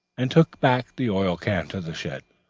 and took back the oil-can to the shed.